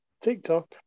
TikTok